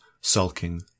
sulking